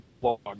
blog